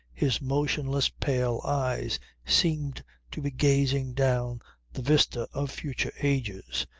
his motionless pale eyes seemed to be gazing down the vista of future ages.